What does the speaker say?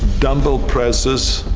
dumbbell presses,